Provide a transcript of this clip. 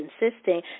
insisting